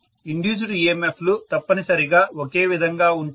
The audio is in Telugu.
ఇండ్యూస్డ్ EMF లు తప్పనిసరిగా ఒకే విధంగా ఉంటాయి